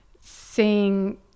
seeing